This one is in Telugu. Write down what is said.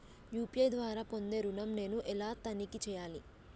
యూ.పీ.ఐ ద్వారా పొందే ఋణం నేను ఎలా తనిఖీ చేయాలి?